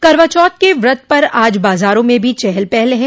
करवाचौथ के व्रत पर आज बाजारों में भी चहल पहल है